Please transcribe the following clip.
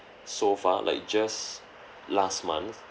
so far like just last month